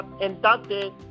inducted